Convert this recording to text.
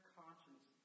conscience